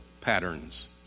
patterns